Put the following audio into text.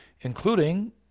including